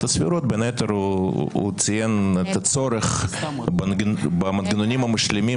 הסבירות בין היתר הוא ציין את הצורך במנגנונים המשלימים